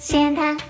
Santa